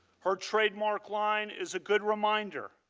her trademark line, is a good reminder,